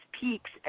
peaks